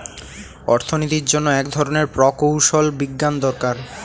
অর্থনীতির জন্য এক ধরনের প্রকৌশল বিজ্ঞান দরকার